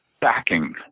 backing